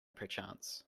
perchance